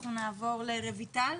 אנחנו נעבור לרויטל,